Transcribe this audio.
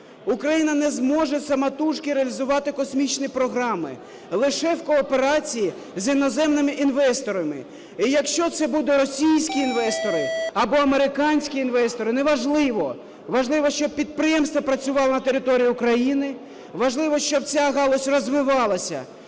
Україна не зможе самотужки реалізовувати космічні програми, лише в кооперації з іноземними інвесторами. І якщо це будуть російські інвестори або американські інвестори, не важливо, важливо, щоб підприємство працювало на території України, важливо, щоб ця галузь розвивалася